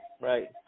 Right